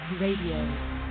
RADIO